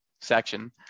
section